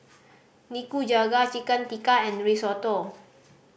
Nikujaga Chicken Tikka and Risotto